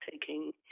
taking